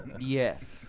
Yes